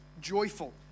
joyful